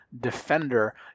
defender